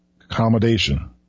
accommodation